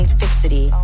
fixity